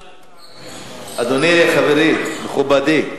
אדוני, חברי, מכובדי,